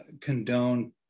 condone